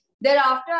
Thereafter